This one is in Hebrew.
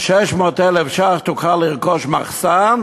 ב-600,000 ש"ח תוכל לרכוש מחסן,